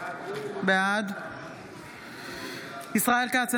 בעד ישראל כץ,